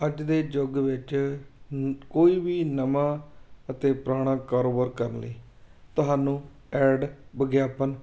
ਅੱਜ ਦੇ ਯੁੱਗ ਵਿੱਚ ਕੋਈ ਵੀ ਨਵਾਂ ਅਤੇ ਪੁਰਾਣਾ ਕਾਰੋਬਾਰ ਕਰਨ ਲਈ ਤੁਹਾਨੂੰ ਐਡ ਵਿਗਿਆਪਨ